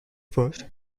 first